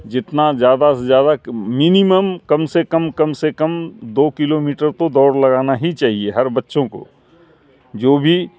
جتنا زیادہ سے زیادہ منیمم کم سے کم کم سے کم دو کلو میٹر تو دوڑ لگانا ہی چاہیے ہر بچوں کو جو بھی